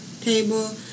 table